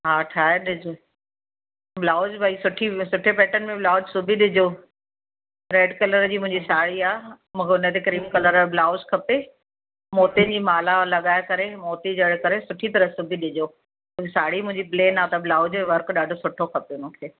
हा ठाहे ॾिजो ब्लाउज भाई सुठी सुठे पेटन में ब्लाउज सिबी ॾिजो रेड कलर जी मुंहिंजी साड़ी आहे मूंखे हुन ते क्रीम कलर जो ब्लाउज़ खपे मोतियुनि जी माला लॻाए करे मोती जड़े करे सुठी तरह सिबी ॾिजो साड़ी मुंहिंजी प्लेन आहे त ब्लाउज जो वर्क ॾाढो सुठो खपे मूंखे